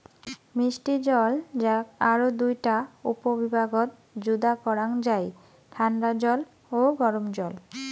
মিষ্টি জল যাক আরও দুইটা উপবিভাগত যুদা করাং যাই ঠান্ডা জল ও গরম জল